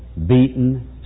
beaten